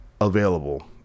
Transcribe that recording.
available